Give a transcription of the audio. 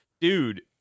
dude